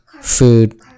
food